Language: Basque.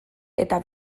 eta